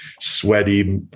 sweaty